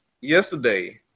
yesterday